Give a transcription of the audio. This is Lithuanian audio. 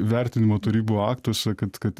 vertinimo tarybų aktuose kad kad